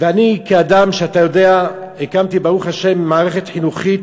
ואני כאדם, שאתה יודע, הקמתי מערכת חינוכית,